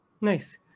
Nice